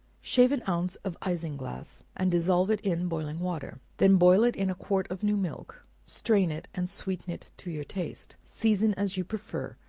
shave an ounce of isinglass, and dissolve it in boiling water then boil it in a quart of new milk strain it and sweeten it to your taste season as you prefer,